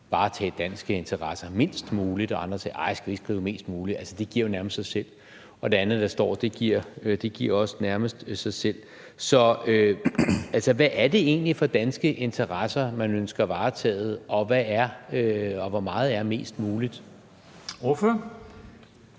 varetage danske interesser mindst muligt, og andre har sagt, om ikke man skulle skrive mest muligt; det giver jo nærmest sig selv. Og det andet, der står, giver også nærmest sig selv. Altså, hvad er det egentlig for danske interesser, man ønsker varetaget, og hvor meget er mest muligt? Kl.